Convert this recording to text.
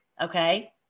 okay